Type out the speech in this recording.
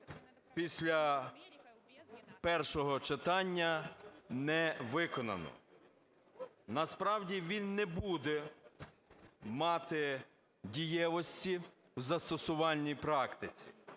після першого читання не виконано. Насправді він не буде мати дієвості в застосувальній практиці.